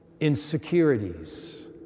insecurities